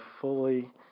fully